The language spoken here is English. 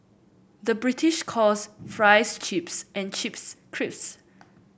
the British calls fries chips and chips crisps